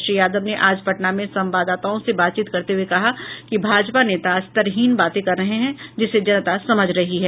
श्री यादव ने आज पटना में संवाददाताओं से बातचीत करते हुए कहा कि भाजपा नेता स्तरहीन बातें कर रहे हैं जिसे जनता समझ रही है